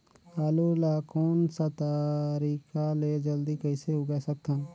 आलू ला कोन सा तरीका ले जल्दी कइसे उगाय सकथन?